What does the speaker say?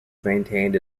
maintained